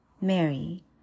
Mary